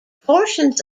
portions